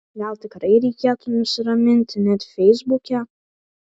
gal tikrai reikėtų nusiraminti net feisbuke